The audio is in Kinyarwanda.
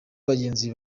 bagenzi